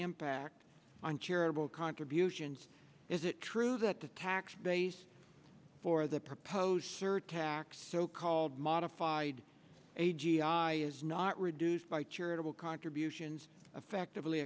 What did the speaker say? impact on charitable contributions is it true that the tax base for the proposed surtax so called modified a g i is not reduced by charitable contributions affectively